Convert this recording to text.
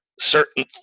certain